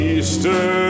Easter